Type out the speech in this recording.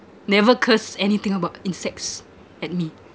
never curse anything about insects at me